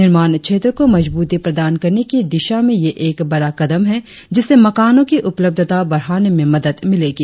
निर्माण क्षेत्र को मजबूती प्रदान करने की दिशा में यह एक बड़ा कदम है जिससे मकानों की उपलब्धता बढ़ाने में मदद मिलेगी